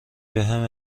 بهم